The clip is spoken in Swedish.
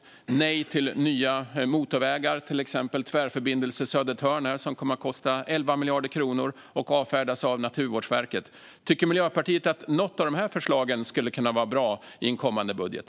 Vi säger nej till nya motorvägar. Det gäller till exempel Tvärförbindelse Södertörn som kommer att kosta 11 miljarder kronor och som avfärdas av Naturvårdsverket. Tycker Miljöpartiet att något av de förslagen skulle kunna vara bra i en kommande budget?